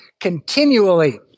continually